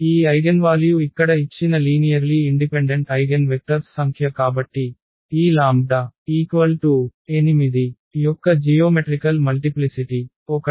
ఈ ఐగెన్వాల్యూ ఇక్కడ ఇచ్చిన లీనియర్లీ ఇండిపెండెంట్ ఐగెన్ వెక్టర్స్ సంఖ్య కాబట్టి ఈ λ 8 యొక్క జియోమెట్రికల్ మల్టిప్లిసిటి 1